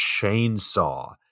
Chainsaw